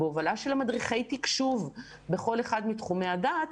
בהובלה של מדריכי התקשוב בכל אחד מתחומי הדעת,